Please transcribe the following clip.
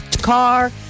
car